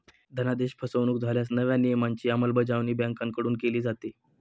धनादेश फसवणुक झाल्यास नव्या नियमांची अंमलबजावणी बँकांकडून केली जाते